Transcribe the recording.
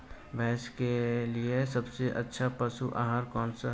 भैंस के लिए सबसे अच्छा पशु आहार कौनसा है?